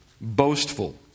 boastful